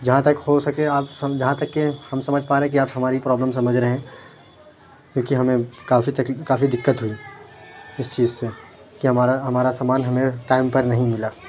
جہاں تک ہو سکے آپ سمجھا جہاں تک کہ ہم سمجھ پا رہے ہیں کہ آپ ہماری پرابلم سمجھ رہے ہیں دیکھیے ہمیں کافی تکلیف کافی دقت ہوئی اس چیز سے کہ ہمارا ہمارا سامان ہمیں ٹائم پر نہیں ملا